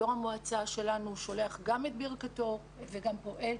יושב ראש המועצה שלנו שולח גם את ברכתו וגם פועל,